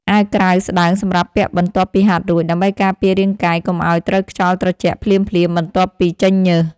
អាវក្រៅស្ដើងសម្រាប់ពាក់បន្ទាប់ពីហាត់រួច ដើម្បីការពាររាងកាយកុំឱ្យត្រូវខ្យល់ត្រជាក់ភ្លាមៗបន្ទាប់ពីចេញញើស។